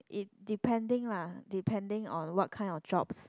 it depending lah depending on what kind of jobs